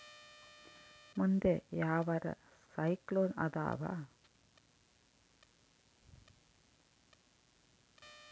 ಮುಂದೆ ಯಾವರ ಸೈಕ್ಲೋನ್ ಅದಾವ?